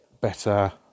better